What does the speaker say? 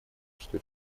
что